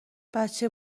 بچه